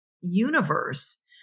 universe